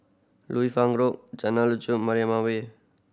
Liu Fang Road Jalan Lanjut Mariam Way